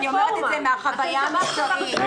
ואני אומרת את זה מהחוויה המחקרית.